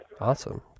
Awesome